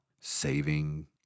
saving